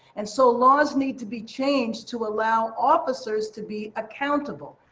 and so laws need to be changed to allow officers to be accountable.